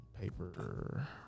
paper